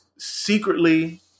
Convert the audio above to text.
secretly